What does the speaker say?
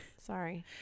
sorry